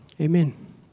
amen